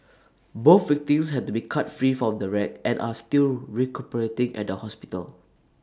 both victims had to be cut free from the wreck and are still recuperating at A hospital